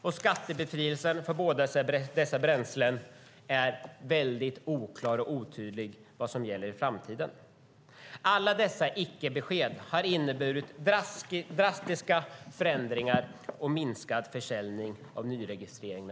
Vad som kommer att gälla i framtiden i fråga om skattebefrielsen för båda dessa bränslen är mycket oklart och otydligt. Alla dessa icke-besked har inneburit drastiska förändringar och minskad försäljning av dessa bilar.